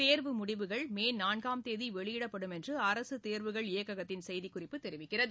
தேர்வு முடிவுகள் மே நாள்காம் தேதி வெளியிடப்படும் என்று அரசு தேர்வுகள் இயக்ககத்தின் செய்திக்குறிப்பு தெரிவிக்கிறது